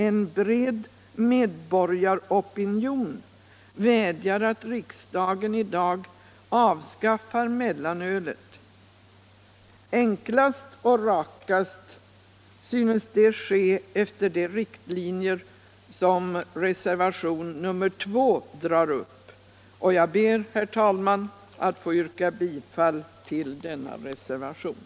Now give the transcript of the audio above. En bred medborgaropinion vädjar om att riksdagen i dag avskaffar mellanölet. Enklast och rakast synes detta ske efter de riktlinjer som reservation nr 2 drar upp, och jag ber att få yrka bifall till denna reservation.